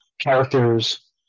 characters